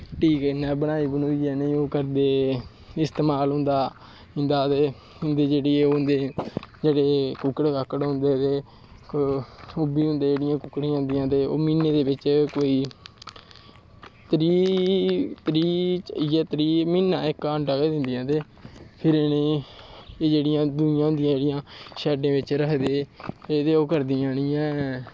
टीकै नै बनाई बनूइयै इ'नेंगी ओह् करदे इस्तेमाल होंदा इं'दा ते इं'दी जेह्की ओह् होंदी कुक्कड़ काकड़ होंदे ते ओह् बी होंदियां कुक्ड़ियां जेह्ड़ियां म्हीने दे बिच्च कोई त्रीह् इ'यै म्हीना इक अंडा गै दिंदियां ते फिर इ'नें एह् दुइयां होंदियां जेह्ड़ियां शैड्डें बिच्च रखदे एह् ओह् करदियां नि ऐं